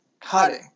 cutting